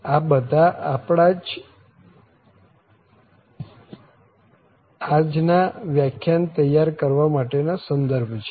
આ બધા આપણા આ જ ના વ્યાખ્યાન તૈયાર કરવા માટે ના સંદર્ભો છે